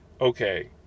okay